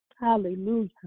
hallelujah